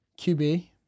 QB